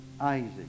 Isaac